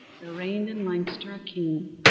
there reigned in leinster a king,